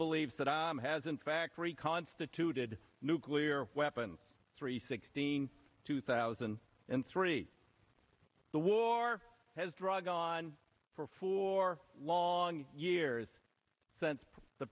believe that i has in fact reconstituted nuclear weapons three sixteen two thousand and three the war has drug on for four long years since the